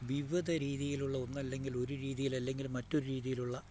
വിവിധ രീതിയിലുള്ള ഒന്നല്ലെങ്കിൽ ഒരു രീതിയിലല്ലെങ്കിൽ മറ്റൊരു രീതിയിലുള്ള